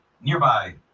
nearby